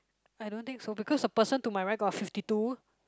I don't think so because the person to my right got fifty two